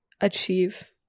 achieve